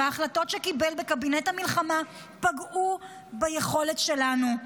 וההחלטות שקיבל בקבינט המלחמה פגעו ביכולת שלנו.